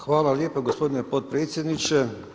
Hvala lijepa gospodine podpredsjedniče.